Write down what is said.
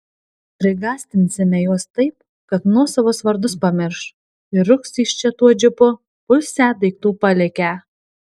prigąsdinsime juos taip kad nuosavus vardus pamirš ir rūks iš čia tuo džipu pusę daiktų palikę